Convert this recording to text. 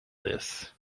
this